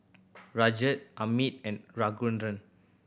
Rajat Amit and Raghuram